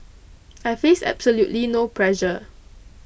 I face absolutely no pressure